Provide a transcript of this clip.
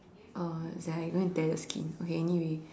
uh it's there I'm gonna tear the skin okay anyway